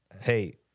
Hey